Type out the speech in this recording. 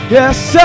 Yes